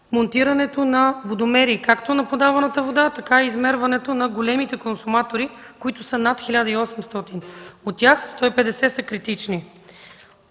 монтирането на водомери както на подаваната вода, така измерването на големите консуматори, които са над 1800. От тях 150 са критични.